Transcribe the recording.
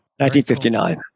1959